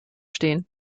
stehen